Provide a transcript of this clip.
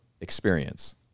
experience